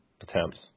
attempts